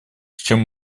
чем